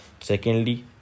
Secondly